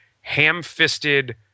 ham-fisted